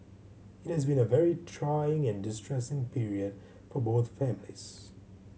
it has been a very trying and distressing period for both families